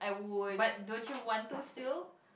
but don't you want to sew